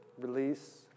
release